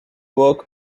work